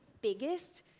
biggest